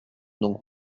donc